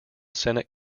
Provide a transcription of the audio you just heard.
senate